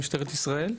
למשטרת ישראל,